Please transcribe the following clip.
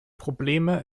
probleme